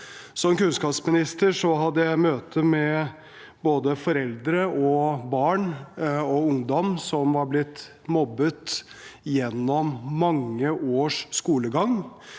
Som kunnskapsminister hadde jeg møter med både foreldre, barn og ungdom som var blitt mobbet gjennom mange års skolegang,